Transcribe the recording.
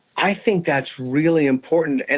i think that's really important. and